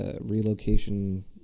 relocation